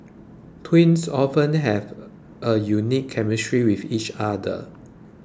twins often have a unique chemistry with each other